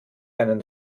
einen